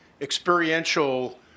experiential